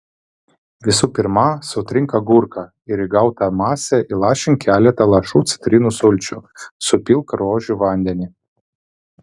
visų pirma sutrink agurką ir į gautą masę įlašink keletą lašų citrinų sulčių supilk rožių vandenį